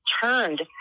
turned